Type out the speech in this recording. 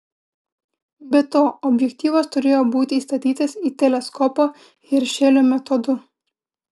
be to objektyvas turėjo būti įstatytas į teleskopą heršelio metodu